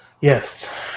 yes